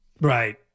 Right